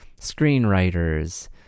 screenwriters